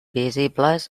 visibles